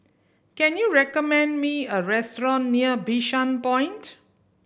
can you recommend me a restaurant near Bishan Point